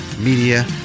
media